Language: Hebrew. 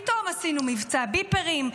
פתאום עשינו מבצע ביפרים,